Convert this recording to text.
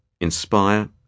inspire